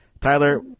Tyler